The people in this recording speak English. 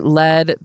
led